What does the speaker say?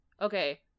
Okay